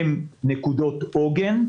הם נקודות עוגן,